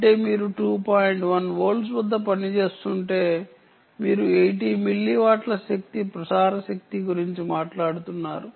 1 volt వద్ద పనిచేస్తుంటే మీరు 80 మిల్లీ వాట్ల శక్తి ప్రసార శక్తి గురించి కొంచెం మాట్లాడుతున్నారు